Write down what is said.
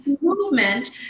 movement